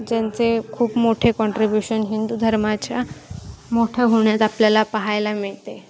ज्यांचे खूप मोठे कॉन्ट्रीब्युशन हिंदू धर्माच्या मोठ्या होण्यात आपल्याला पाहायला मिळते